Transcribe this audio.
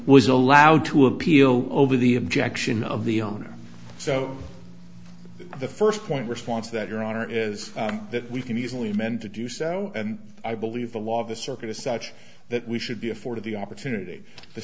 was allowed to appeal over the objection of the owner so the first point response that your honor is that we can easily amend to do so and i believe the law of the circuit is such that we should be afforded the opportunity the